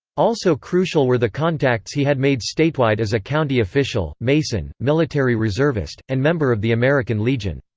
also crucial were the contacts he had made statewide as a county official, mason, military reservist, and member of the american legion.